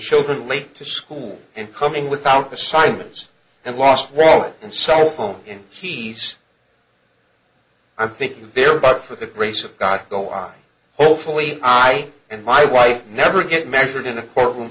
children late to school and coming without assignments and lost wallet and cell phone in keys i'm thinking there but for the grace of god go i hopefully i and my wife never get measured in a court room